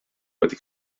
wedi